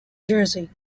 jersey